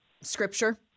scripture